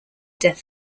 death